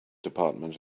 department